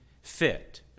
fit